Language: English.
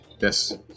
Yes